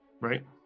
Right